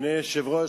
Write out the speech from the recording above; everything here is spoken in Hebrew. אדוני היושב-ראש,